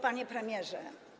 Panie Premierze!